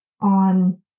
on